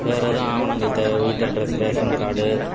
வேற எதுவும் ஆவணங்கள் தேவை வீட்டு அட்ரஸ்ஸூ ரேசன் கார்டு